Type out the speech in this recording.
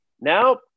now